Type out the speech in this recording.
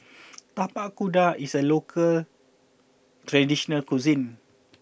Tapak Kuda is a local traditional cuisine